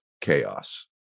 chaos